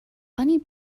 bunny